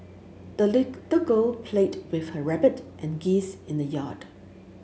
the little girl played with her rabbit and geese in the yard